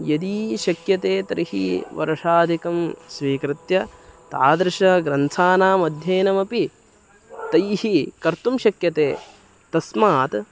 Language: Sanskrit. यदि शक्यते तर्हि वर्षादिकं स्वीकृत्य तादृशग्रन्थानाम् अध्ययनमपि तैः कर्तुं शक्यते तस्मात्